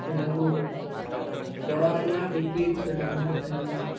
ସେଇଟାକୁ ବଡ଼ମାମୁଁ ଏକା ବିକି କରି ସେ ଟଙ୍କା ହେଲେ ଖାଇଦେଇଛି